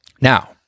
Now